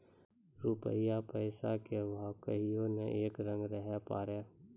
रूपया पैसा के भाव कहियो नै एक रंग रहै पारै